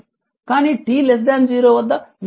కానీ t 0 వద్ద vx 60 volt